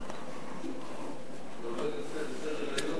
נשיא, לסדר-היום.